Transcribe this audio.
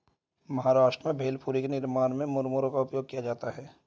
महाराष्ट्र में भेलपुरी के निर्माण में मुरमुरे का उपयोग किया जाता है